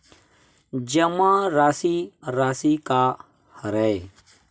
जमा राशि राशि का हरय?